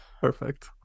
Perfect